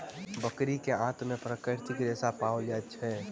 बकरी के आंत में प्राकृतिक रेशा पाओल जाइत अछि